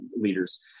leaders